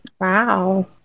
Wow